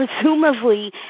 presumably